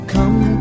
Come